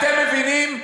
אתם מבינים?